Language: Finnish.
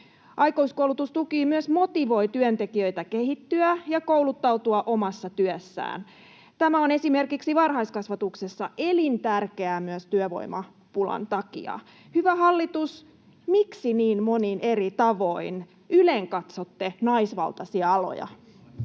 Aikuiskoulutustuki myös motivoi työntekijöitä kehittymään ja kouluttautumaan omassa työssään. Tämä on esimerkiksi varhaiskasvatuksessa elintärkeää myös työvoimapulan takia. Hyvä hallitus, miksi niin monin eri tavoin ylenkatsotte naisvaltaisia aloja?